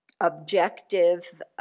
objective